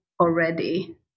already